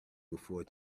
before